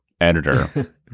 editor